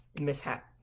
mishap